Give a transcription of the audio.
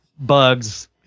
bugs